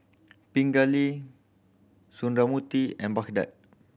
Pingali Sundramoorthy and Bhagat